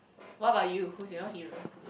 what about you who's your hero